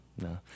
no